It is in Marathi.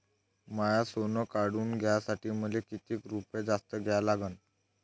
माय सोनं काढून घ्यासाठी मले कितीक रुपये जास्त द्या लागन?